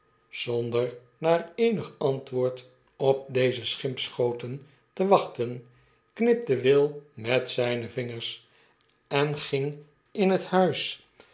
zonder naar eenig antwoord op deze schimpschoten te wachten knipte will met zijne vingers en ging in huis